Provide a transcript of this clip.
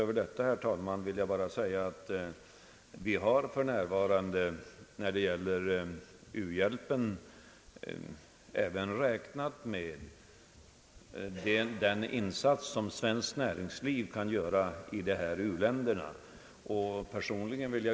Vi har när det gäller u-hjälpen även räknat med den insats som svenskt näringsliv kan göra i u-länderna.